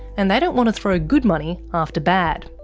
and they don't want to throw good money after bad.